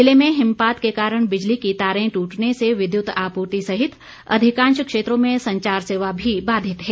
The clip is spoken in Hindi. जिलें में हिमपात के कारण बिजली की तारें ट्टने से विद्युत आपूर्ति सहित अधिकांश क्षेत्रों में संचार सेवा भी बाधित है